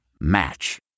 Match